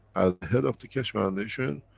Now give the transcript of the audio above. as head of the keshe foundation,